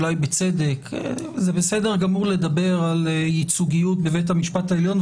אולי בצדק זה בסדר גמור לדבר על ייצוגיות בבית המשפט העליון,